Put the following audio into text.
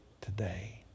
today